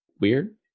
weird